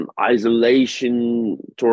isolation